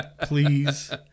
Please